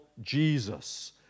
Jesus